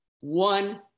one